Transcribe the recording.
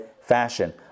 fashion